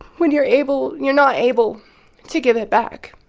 when you're able you're not able to give it back.